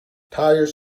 tires